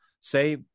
say